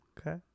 Okay